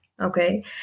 Okay